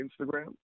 Instagram